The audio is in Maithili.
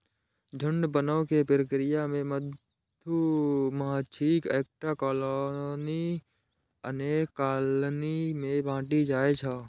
झुंड बनै के प्रक्रिया मे मधुमाछीक एकटा कॉलनी अनेक कॉलनी मे बंटि जाइ छै